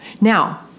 Now